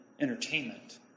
entertainment